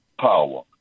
power